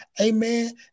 Amen